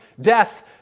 death